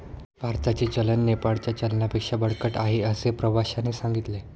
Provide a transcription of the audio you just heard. भारताचे चलन नेपाळच्या चलनापेक्षा बळकट आहे, असे प्रवाश्याने सांगितले